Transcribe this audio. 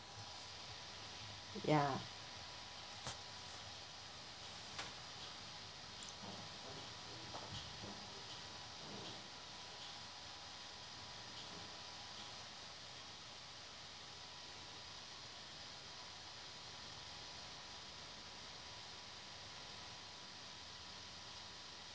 ya